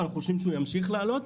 ואנחנו חושבים שהוא ימשיך לעלות.